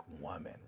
woman